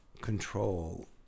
control